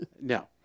No